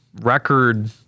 record